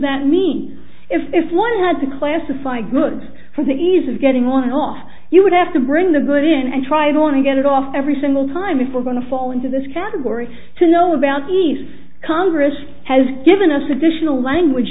that mean if if one had to classify goods for the ease of getting one off you would have to bring the good in and try they want to get it off every single time if we're going to fall into this category to know about these congress has given us additional language